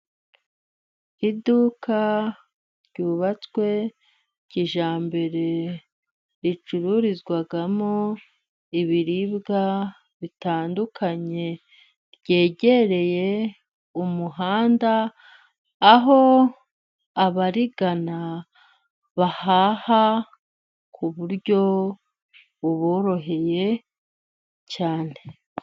Iduka ryubatswe kijyambere ricururizwamo ibiribwa bitandukanye, ryegereye umuhanda aho abarigana bahaha ku buryo buboroheye cyane.